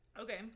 okay